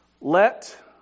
Let